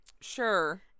sure